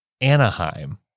Anaheim